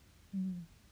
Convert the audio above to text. mm